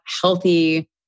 healthy